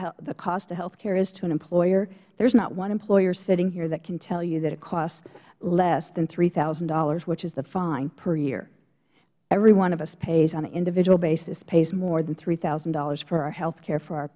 cost of health care is to an employer there is not one employer sitting here that can tell you that it costs less than three thousand dollars which is the fine per year every one of us pays on an individual basis pays more than three thousand dollars for our health care for our